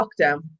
lockdown